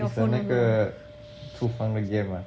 it's like 那个厨房的 game ah